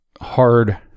hard